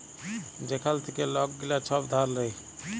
যেখাল থ্যাইকে লক গিলা ছব ধার লেয়